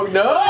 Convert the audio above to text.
no